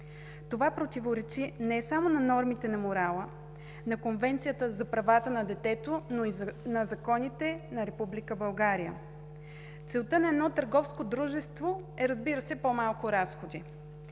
Това противоречи не само на нормите на морала, на Конвенцията за правата на детето, но и на законите на република България. Целта на едно търговско дружество е, разбира се, по-малко разходи.